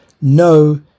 no